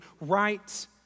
right